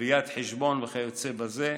ראיית חשבון וכיוצא בזה,